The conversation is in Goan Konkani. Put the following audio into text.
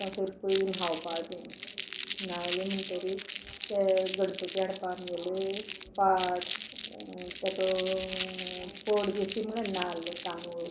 उठसर पयलीं न्हांवपाचें न्हावले म्हणटरीर ते गणपती हाडपा आमगेले पाट तेका पड बी अशी म्हळ्यार नाल्ल तांदूळ